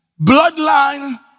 bloodline